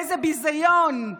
איזה ביזיון.